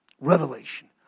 Revelation